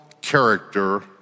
character